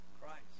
Christ